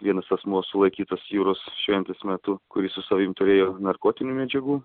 vienas asmuo sulaikytas jūros šventės metu kuris su savim turėjo narkotinių medžiagų